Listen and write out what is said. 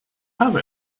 have